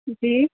جی